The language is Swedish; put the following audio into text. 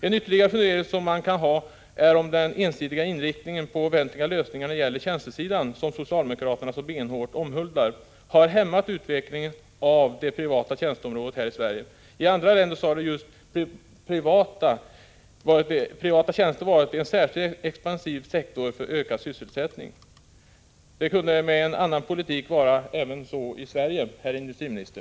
En ytterligare fundering som man kan ha är huruvida den ensidiga inriktningen på offentliga lösningar när det gäller tjänstesidan, som socialdemokraterna så benhårt omhuldar, har hämmat utvecklingen av det privata tjänsteområdet här i Sverige. I andra länder har just privata tjänster varit en särskilt expansiv sektor för ökad sysselsättning. Det kunde med en annan politik vara så även i Sverige, herr industriminister.